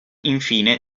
infine